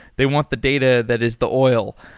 they want the data that is the oil.